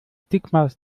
stigmas